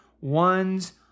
one's